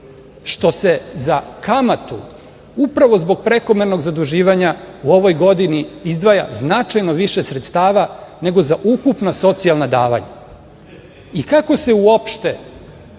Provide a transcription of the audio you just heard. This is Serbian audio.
što se za kamatu upravo zbog prekomernog zaduživanja u ovoj godini izdvaja značajno više sredstava, nego za ukupna socijalna davanja. I kako se uopšte